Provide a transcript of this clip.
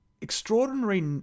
extraordinary